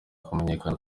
kumenyekana